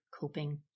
coping